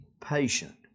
patient